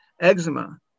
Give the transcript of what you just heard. eczema